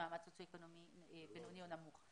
ממעמד סוציו אקונומי בינוני או נמוך.